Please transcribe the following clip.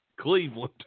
Cleveland